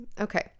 Okay